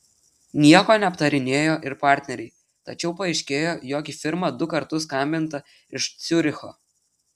nieko neaptarinėjo ir partneriai tačiau paaiškėjo jog į firmą du kartus skambinta iš ciuricho